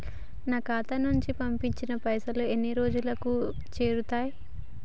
నా ఖాతా నుంచి పంపిన పైసలు ఎన్ని రోజులకు చేరుతయ్?